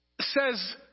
says